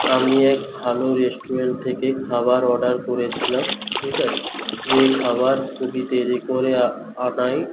আমি এক ভালো রেষ্টুরেন্ট থেকে খাবার অর্ডার করেছিলাম ঠিক আছে যে খাবার খুবই দেরী করে আনায়